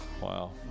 Wow